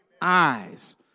Eyes